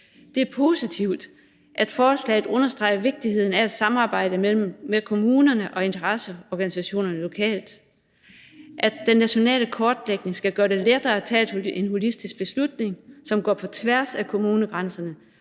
Det er positivt, at forslaget understreger vigtigheden af at samarbejde med kommunerne og interesseorganisationer lokalt; at den nationale kortlægning skal gøre det lettere at tage en holistisk beslutning, som går på tværs af kommunegrænserne,